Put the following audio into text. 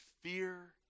fear